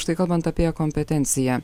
štai kalbant apie kompetenciją